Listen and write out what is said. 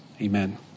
Amen